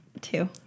Two